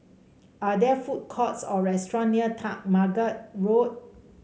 are there food courts or restaurant near MacTaggart Road